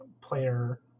player